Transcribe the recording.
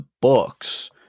books